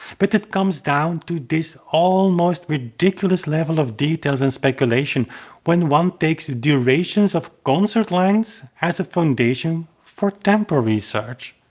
but it comes down to this almost ridiculous level of details and speculation when one takes durations of concert lengths as a foundation for tempo research.